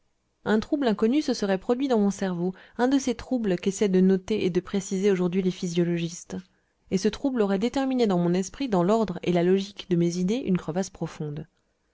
un trouble inconnu se serait produit dans mon cerveau un de ces troubles qu'essayent de noter et de préciser aujourd'hui les physiologistes et ce trouble aurait déterminé dans mon esprit dans l'ordre et la logique de mes idées une crevasse profonde